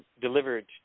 delivered